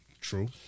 True